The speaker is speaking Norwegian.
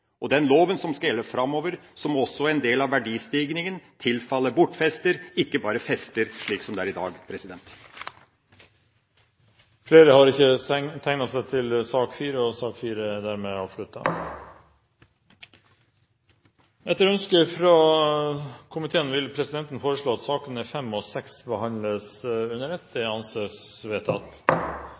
Og etter den loven som skal gjelde framover, må også en del av verdistigningen tilfalle bortfester, ikke bare fester, slik som det er i dag. Flere har ikke bedt om ordet til sak nr. 4. Etter ønske fra justiskomiteen vil presidenten foreslå at sakene nr. 5 og 6 behandles under ett. – Det anses vedtatt.